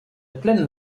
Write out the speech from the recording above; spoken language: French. plaine